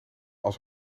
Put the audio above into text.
als